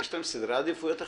שם יש להם סדרי עדיפויות אחרים.